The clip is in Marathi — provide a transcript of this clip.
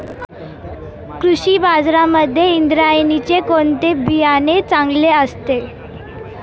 कृषी बाजारांमध्ये इंद्रायणीचे कोणते बियाणे चांगले असते?